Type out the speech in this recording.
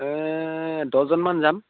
দহজনমান যাম